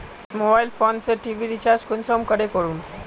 Mobile phone से TV recharge कुंसम करे करूम?